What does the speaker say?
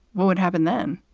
what would happen then?